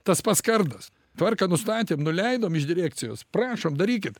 tas pats kardas tvarką nustatėm nuleidom iš direkcijos prašom darykit